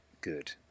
Good